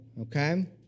okay